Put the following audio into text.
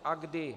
A kdy?